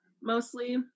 mostly